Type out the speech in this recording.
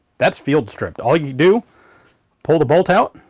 that's field-stripped all you do pull the bolt out,